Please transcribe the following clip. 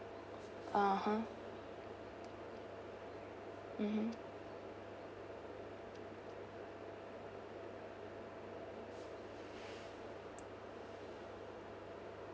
(uh huh) mmhmm